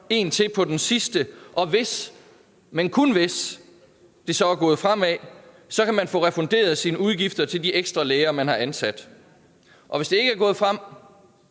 en til på den sidste? Hvis, men kun hvis, det så er gået fremad, kan man få refunderet sine udgifter til de ekstra lærere, man har ansat. Hvis det ikke er gået frem,